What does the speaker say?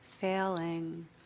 failing